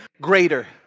greater